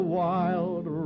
wild